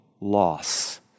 Loss